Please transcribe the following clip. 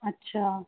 अच्छा